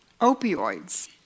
Opioids